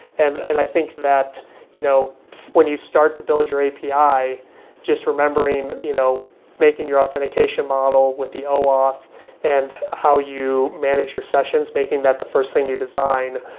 and and i think that you know when you start to build your api, just remembering you know making your authentication model with the oauth, and how you manage your sessions, making that the first thing you design,